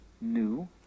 new